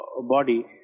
body